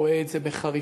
רואה את זה בחריפות,